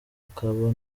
ukaba